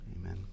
Amen